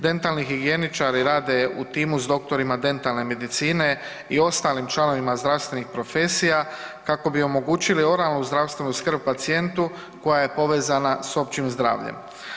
Dentalni higijeničari rade u timu s doktorima dentalne medicine i ostalim članovima zdravstvenih profesija kako bi omogućili oralnu zdravstvenu skrb pacijentu koja je povezana s općim zdravljem.